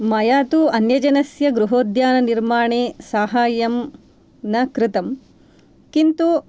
मया तु अन्यजनस्य गृहोद्याननिर्माणे साहाय्यं न कृतं किन्तु